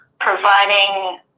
providing